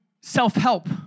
self-help